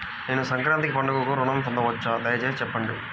నేను సంక్రాంతికి పండుగ ఋణం పొందవచ్చా? దయచేసి చెప్పండి?